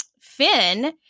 Finn